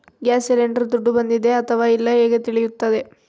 Gas cylinder ದುಡ್ಡು ಬಂದಿದೆ ಅಥವಾ ಇಲ್ಲ ಹೇಗೆ ತಿಳಿಯುತ್ತದೆ?